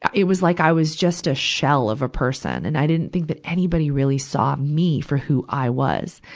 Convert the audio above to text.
it was like i was just a shell of a person, and i didn't think that anybody really saw me for who i was.